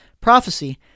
prophecy